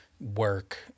work